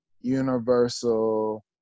universal